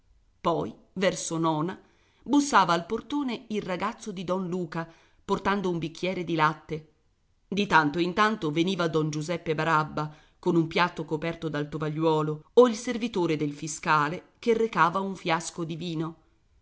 poi verso nona bussava al portone il ragazzo di don luca portando un bicchiere di latte di tanto in tanto veniva don giuseppe barabba con un piatto coperto dal tovagliuolo o il servitore del fiscale che recava un fiasco di vino